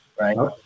right